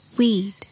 Weed